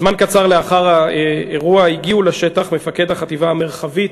זמן קצר לאחר האירוע הגיעו לשטח מפקד החטיבה המרחבית